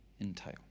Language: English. entail